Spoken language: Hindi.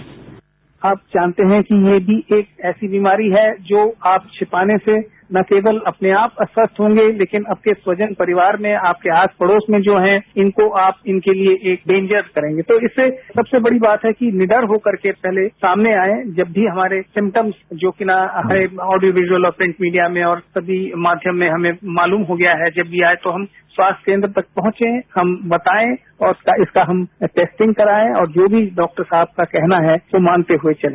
बाईट आप जानते है कि ये भी एक ऐसी बीमारी है जो आप छिपाने से न केवल अपने आप अस्वस्थ होंगे लेकिन आपके स्वजन परिवार में आपके आस पड़ोस में जो है इनको आप इनके लिए एक डेन्जर्स करेंगे तो इससे सदसे बड़ी बात है कि निडर होकर के सामने आए जब भी हमारे सिमटम्स जो कि ऑडियो विज़ुअल प्रिंट मीडिया में और सभी माध्यम में हमें मालूम हो गया है कि जब ये आये तो हम स्वास्थ्य केन्द्र तक पहुंचे हम बताए और इसका हम टैस्टिंग कराए और जो भी डॉक्टर साहब का कहना है वो मानते हुए चले